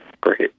Great